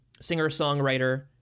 singer-songwriter